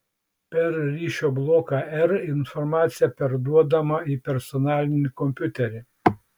per ryšio bloką r informacija perduodama į personalinį kompiuterį